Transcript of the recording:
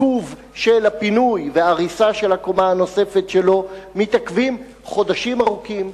הפינוי וההריסה של הקומה הנוספת שלו מתעכבים חודשים ארוכים,